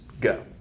go